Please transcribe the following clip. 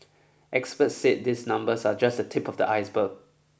experts said these numbers are just the tip of the iceberg